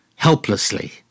helplessly